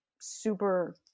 Super